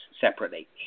separately